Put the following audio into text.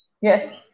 Yes